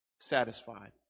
satisfied